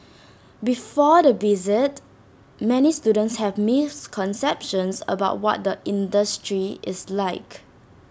before the visit many students have misconceptions about what the industry is like